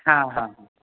हां हां हां